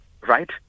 Right